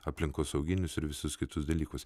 aplinkosauginius ir visus kitus dalykus